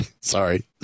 Sorry